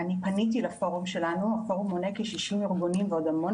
פניתי לפורום שלנו המונה כ-60 ארגונים והמון